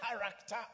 character